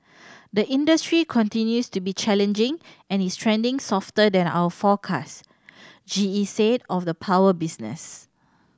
the industry continues to be challenging and is trending softer than our forecast G E said of the power business